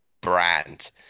brand